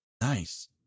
Nice